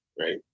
right